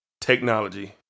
Technology